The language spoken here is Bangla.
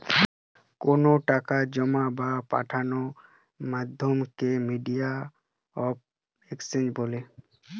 কোনো টাকা জোমা বা পাঠানোর মাধ্যমকে মিডিয়াম অফ এক্সচেঞ্জ বলে